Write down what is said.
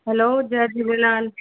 हलो जय झूलेलाल